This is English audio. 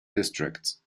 districts